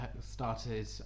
started